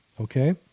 okay